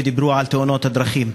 דיברו על תאונות הדרכים.